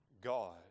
God